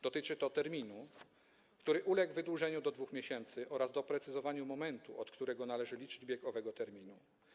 Dotyczy to terminu, który uległ wydłużeniu do 2 miesięcy, oraz doprecyzowania momentu, od którego należy liczyć bieg owego terminu.